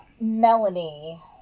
Melanie